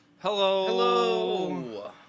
Hello